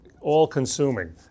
all-consuming